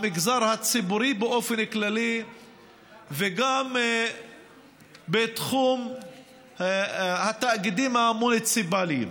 המגזר הציבורי באופן כללי וגם תחום התאגידים המוניציפליים.